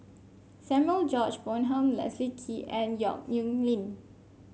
Samuel George Bonham Leslie Kee and Yong Nyuk Lin